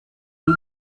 big